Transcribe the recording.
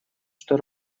что